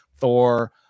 Thor